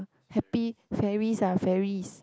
happy fairies ah fairies